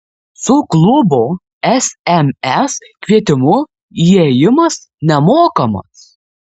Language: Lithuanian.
su klubo sms kvietimu įėjimas nemokamas